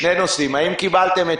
אני רוצה להעלות שני נושאים: ראשית,